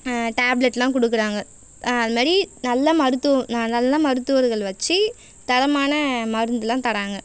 டேப்லெட்யெல்லாம் கொடுக்கறாங்க அது மாதிரி நல்ல மருத்துவம் நா நல்ல மருத்துவர்கள் வச்சு தரமான மருந்தெல்லாம் தராங்க